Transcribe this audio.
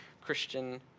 Christian